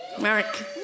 Mark